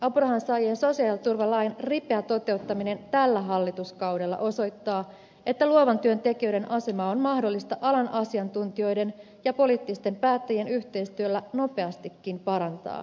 apurahansaajien sosiaaliturvalain ripeä toteuttaminen tällä hallituskaudella osoittaa että luovan työn tekijöiden asemaa on mahdollista alan asiantuntijoiden ja poliittisten päättäjien yhteistyöllä nopeastikin parantaa